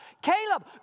Caleb